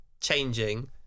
changing